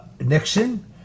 Nixon